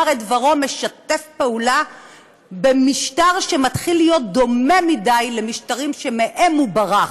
את דברו משתף פעולה במשטר שמתחיל להיות דומה מדי למשטרים שמהם הוא ברח.